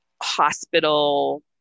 hospital